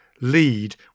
Lead